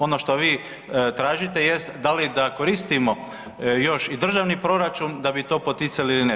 Ono što vi tražite jest da li da koristimo još i državni proračun da bi to poticali ili ne.